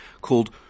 called